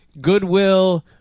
Goodwill